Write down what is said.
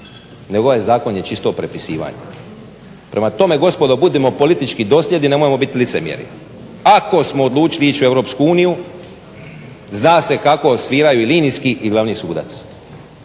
nego ovaj zakon je čisto prepisivanje. Prema tome, gospodo, budimo politički dosljedni, nemojmo bit licemjerni. Ako smo odlučili ići u EU zna se kako sviraju i linijski i glavni sudac.